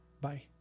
bye